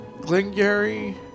Glengarry